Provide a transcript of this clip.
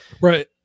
Right